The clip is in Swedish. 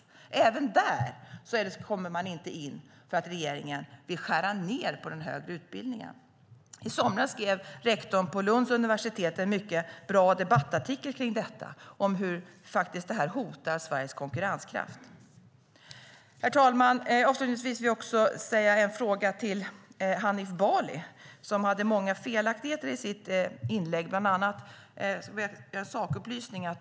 Inte heller där kommer man in, därför att regeringen vill skära ned på den högre utbildningen. I somras skrev rektorn på Lunds universitet en mycket bra debattartikel om hur det här faktiskt hotar Sveriges konkurrenskraft. Herr talman! Avslutningsvis vill jag också ställa en fråga till Hanif Bali, som hade många felaktigheter i sitt inlägg. Bland annat har jag en sakupplysning.